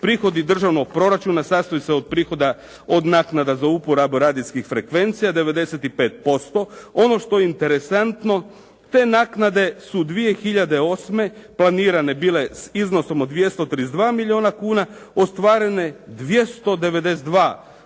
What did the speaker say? "Prihodi državnog proračuna sastoje se od prihoda od naknada za uporabu radijskih frekvencija 95%. Ono što je interesantno te naknade su 2008. planirane bile s iznosom od 232 milijuna kuna, ostvarene 292